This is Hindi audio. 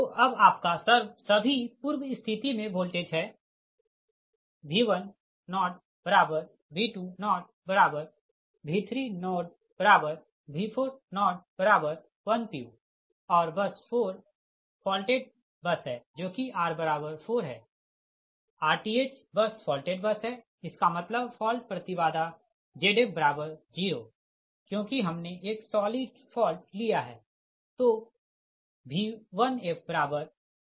तो अब आपका सभी पूर्व स्थिति मे वोल्टेज है V10V20V30V4010 pu और बस 4 फॉल्टेड बस है जो कि r4 है rth बस फॉल्टेड बस है इसका मतलब फॉल्ट प्रति बाधा Zf0 क्योंकि हमने एक सॉलिड फॉल्ट लिया है